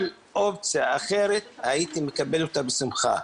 כל אופציה אחרת, הייתי מקבל אותה בשמחה.